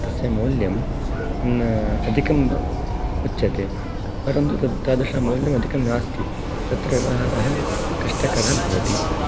तस्य मौल्यम् अधिकम् उच्यते परन्तु तत् तादृशमौल्यम् अधिकं नास्ति तत्र व्यवहारः कष्टकरः भवति